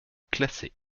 classée